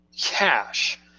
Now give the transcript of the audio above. cash